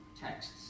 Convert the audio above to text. texts